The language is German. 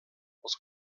aus